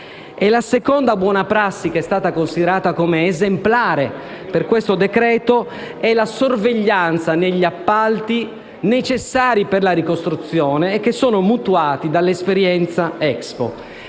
La seconda buona prassi, considerata esemplare per questo decreto-legge, è la sorveglianza degli appalti necessari per la ricostruzione, che sono mutuati dall'esperienza Expo.